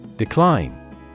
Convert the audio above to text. Decline